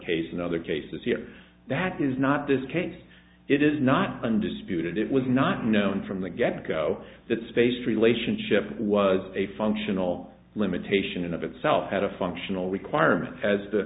case in other cases here that is not this case it is not undisputed it was not known from the get go that space relationship was a functional limitation of itself had a functional requirement as the